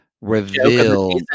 reveal